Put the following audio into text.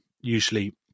usually